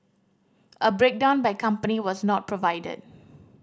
a breakdown by company was not provided